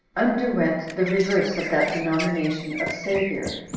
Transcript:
underwent the reverse of that denomination of savior,